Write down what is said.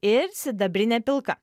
ir sidabrinė pilka